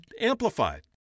Amplified